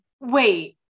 Wait